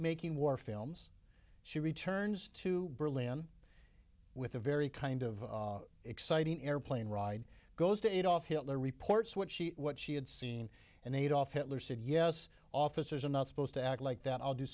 making war films she returns to berlin with a very kind of exciting airplane ride goes to adolf hitler reports what she what she had seen and adolf hitler said yes officers are not supposed to act like that i'll do